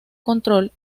control